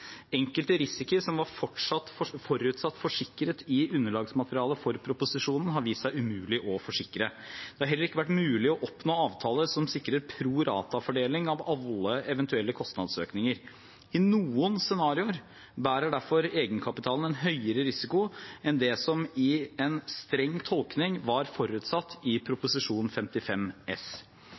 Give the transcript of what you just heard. Enkelte risikoer som var forutsatt forsikret i underlagsmaterialet for proposisjonen, har vist seg umulig å forsikre. Det har heller ikke vært mulig å oppnå avtaler som sikrer pro rata-fordeling av alle eventuelle kostnadsøkninger. I noen scenarioer bærer derfor egenkapitalen en høyere risiko enn det som i en streng tolkning var forutsatt i Prop. 55 S.